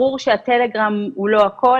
ברור שהטלגרם הוא לא הכול,